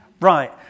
Right